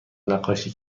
نقاشی